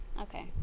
Okay